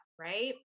Right